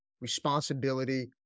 responsibility